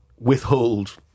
withhold